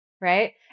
right